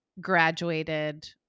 graduated